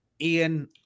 ian